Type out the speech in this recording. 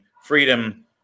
freedom